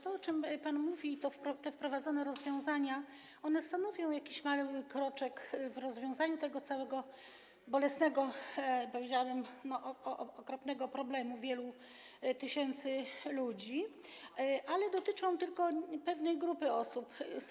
To, o czym pan mówi, te wprowadzone rozwiązania stanowią jakiś mały kroczek w rozwiązaniu tego całego bolesnego, powiedziałabym, okropnego problemu wielu tysięcy ludzi, ale dotyczą tylko pewnej grupy osób.